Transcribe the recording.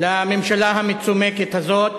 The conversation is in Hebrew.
לממשלה המצומקת הזאת.